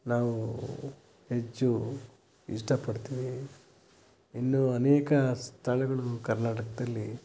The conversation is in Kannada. ನಾವು ಹೆಚ್ಚು ಇಷ್ಟಪಡ್ತೀವಿ ಇನ್ನೂ ಅನೇಕ ಸ್ಥಳಗಳು ಕರ್ನಾಟಕದಲ್ಲಿ